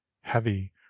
heavy